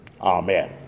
Amen